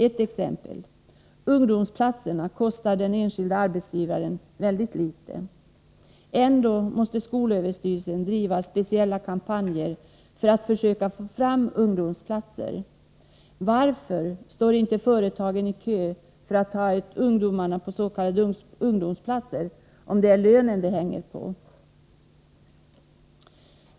Ett exempel: Ungdomsplatserna kostar den enskilda arbetsgivaren väldigt litet ändå måste skolöverstyrelsen driva speciella kampanjer för att försöka få fram ungdomsplatser. Varför står inte företagen i kö för att ta emot ungdomarna på s.k. ungdomsplatser om det är lönen det hänger på?